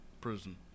prison